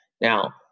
Now